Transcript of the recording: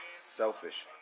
selfish